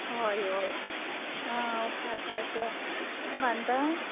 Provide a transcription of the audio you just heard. हय हय आं हय आसा आसा तूं बांदता